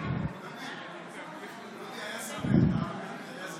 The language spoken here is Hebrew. שלוש דקות לרשותך.